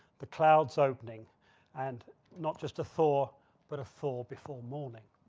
the clouds opening and not just a thaw but a thaw before morning.